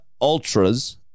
ultras